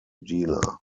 dealer